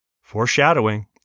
foreshadowing